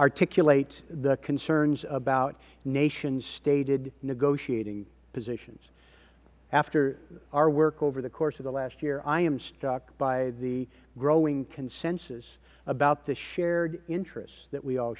articulate the concerns about nations stated negotiating positions after other work over the course of the last year i am struck by the growing consensus about the shared interests that we all